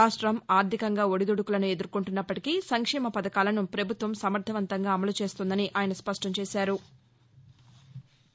రాష్టం ఆర్థికంగా ఒడిదుడుకులను ఎదుర్కొంటున్నప్పటికీ సంక్షేమ పథకాలను పభుత్వం సమర్దవంతంగా అమలు చేస్తోందని ఆయన స్పష్టం చేశారు